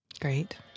Great